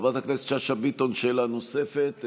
חברת הכנסת שאשא ביטון, שאלה נוספת.